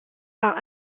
par